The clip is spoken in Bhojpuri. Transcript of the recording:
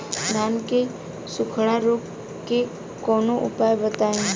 धान के सुखड़ा रोग के कौनोउपाय बताई?